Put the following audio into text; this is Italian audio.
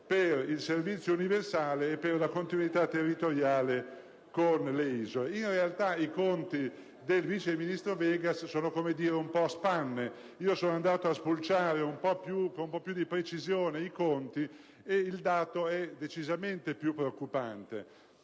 per il servizio universale e per la continuità territoriale con le isole. In realtà, i conti del vice ministro Vegas sono - per così dire - un po' a spanne. Sono andato a spulciare con maggiore precisione i conti ed ho verificato un dato decisamente più preoccupante: